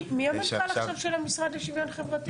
מי המנכ"ל עכשיו של המשרד לשוויון חברתי?